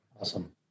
Awesome